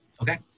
okay